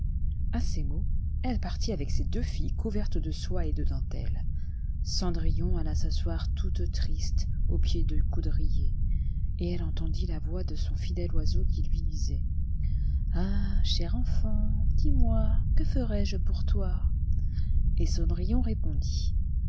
a ces mots elle partit avec ses deux tilles couvertes de soie et de dentelles cendrillon alla s'asseoir toute triste au pied du coudrier et elle entendit la voix de son fidèle oiseau qui lui disait ah cher enfant dis-moi que ferai-je pour toi et cendrillon répondit